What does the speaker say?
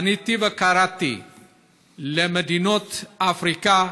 פניתי וקראתי למדינות אפריקה